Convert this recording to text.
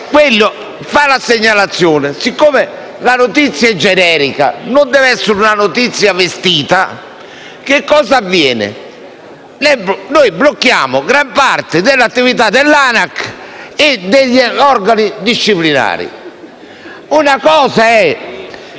quello ha fatto la segnalazione, siccome la notizia è generica e non deve essere una notizia vestita, che cosa avviene? Noi blocchiamo gran parte dell'attività dall'ANAC e degli organi disciplinari. Sarebbe